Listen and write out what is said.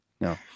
no